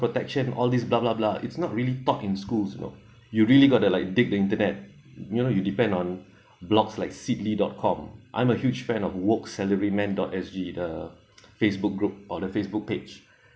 protection all this blah blah blah it's not really taught in schools you know you really got to like dig the internet you know you depend on blogs like sydney dot com I'm a huge fan of work salary man dot S_G the facebook group or the facebook page